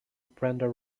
brenda